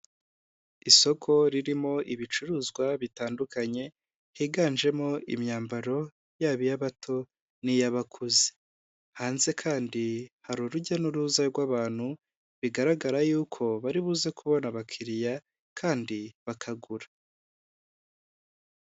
Isoko ririmo ibicuruzwa bitandukanye higanjemo imyambaro yaba iy'abato n'iy'abakuze, hanze kandi hari urujya n'uruza rw'abantu bigaragara yuko bari buze kubona abakiriya kandi bakagura.